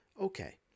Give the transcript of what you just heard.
Okay